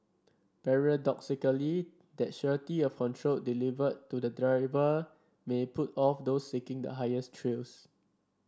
paradoxically that surety of control delivered to the driver may put off those seeking the highest thrills